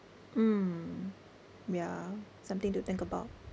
mm yeah something to think about